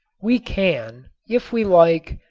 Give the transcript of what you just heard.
we can, if we like,